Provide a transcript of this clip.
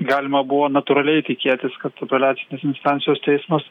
galima buvo natūraliai tikėtis kad apeliacinis instancijos teismas